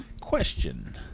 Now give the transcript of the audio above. Question